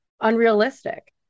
unrealistic